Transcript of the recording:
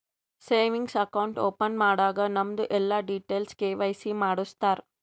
savings account open ಮಾಡಾಗ್ ನಮ್ದು ಎಲ್ಲಾ ಡೀಟೇಲ್ಸ್ ಕೆ.ವೈ.ಸಿ ಮಾಡುಸ್ತಾರ್